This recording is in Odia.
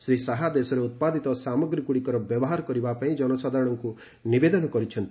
ଶ୍ରୀ ଶାହା ଦେଶରେ ଉତ୍ପାଦିତ ସାମଗ୍ରୀଗୁଡ଼ିକର ବ୍ୟବହାର କରିବା ପାଇଁ ଜନସାଧାରଣଙ୍କୁ ନିବେଦନ କରିଛନ୍ତି